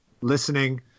listening